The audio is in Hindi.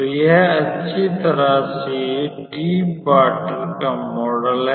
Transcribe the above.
तो यह अच्छी तरह से गहरे पानी का मॉडल है